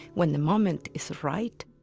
when the moment is right,